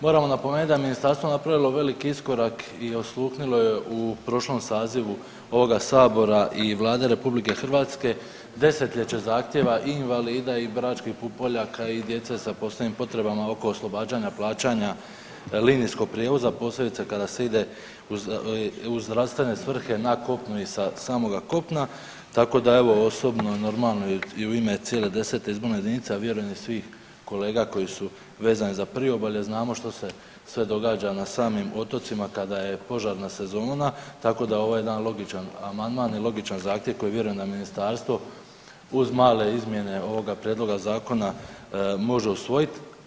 Moram napomenuti da je ministarstvo napravilo veliki iskorak i osluhnulo je u prošlom sazivu ovoga Sabora i Vlade RH desetljeće zahtjeva i invalida i Bračkih pupoljaka i djece sa posebnim potrebama oko oslobađanja plaćanja linijskog prijevoza, posebice kada se ide u zdravstvene svrhe na kopno i sa samoga kopna, tako da evo osobno normalno i u ime cijele 10. izborne jedinice, a vjerujem i svih kolega koji su vezani za priobalje znamo što se sve događa na samim otocima kada je požarna sezona tako da je ovo jedan logičan amandman i logičan zahtjev koji vjerujem da ministarstvo uz male izmjene ovoga prijedloga zakona može usvojit.